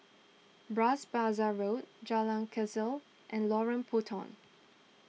Bras Basah Road Jalan Kechil and Lorong Puntong